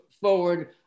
forward